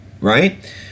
right